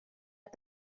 got